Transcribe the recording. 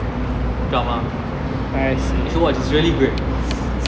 drama you should watch it's really great